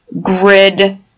grid